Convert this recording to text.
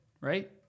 right